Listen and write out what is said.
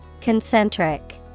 Concentric